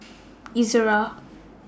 Ezerra